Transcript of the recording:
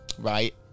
Right